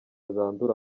zandura